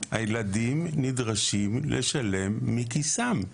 הילדים נדרשים לשלם מכיסם.